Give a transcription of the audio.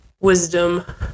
wisdom